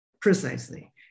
Precisely